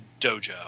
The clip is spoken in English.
dojo